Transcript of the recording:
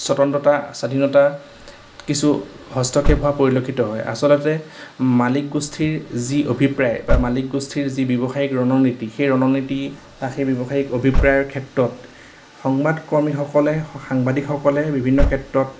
স্বতন্ত্ৰতা স্বাধীনতা কিছু হস্তক্ষেপ হোৱা পৰিলক্ষিত হয় আচলতে মালিক গোষ্ঠীৰ যি অভিপ্ৰায় বা মালিক গোষ্ঠীৰ যি ব্যৱসায়িক ৰণনীতি সেই ৰণনীতি বা সেই ব্যৱসায়িক অভিপ্ৰায়ৰ ক্ষেত্ৰত সংবাদ কৰ্মীসকলে সাংবাদিকসকলে বিভিন্ন ক্ষেত্ৰত